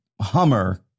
Hummer